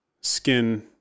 skin